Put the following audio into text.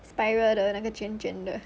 spiral 的那个卷卷的